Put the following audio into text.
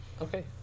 okay